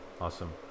awesome